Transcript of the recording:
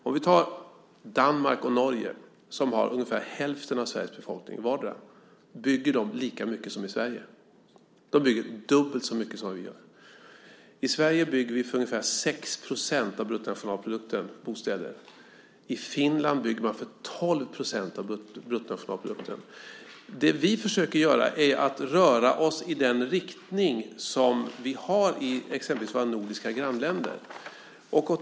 Om vi tar Danmark och Norge, som har ungefär hälften av Sveriges befolkning vardera, bygger de lika mycket som Sverige - de bygger dubbelt så mycket som vad vi gör. I Sverige bygger vi bostäder för ungefär 6 % av bruttonationalprodukten. I Finland bygger man för 12 % av bruttonationalprodukten. Det vi försöker göra är att röra oss i den riktning som de har i exempelvis våra nordiska grannländer.